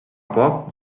poc